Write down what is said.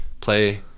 play